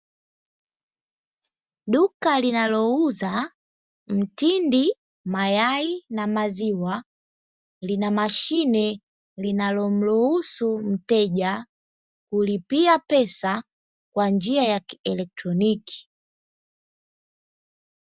Duka linalouza mtindi, mayai na maziwa; lina mashine linalomruhusu mteja kulipia pesa kwa njia ya kielektroniki.